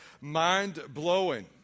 mind-blowing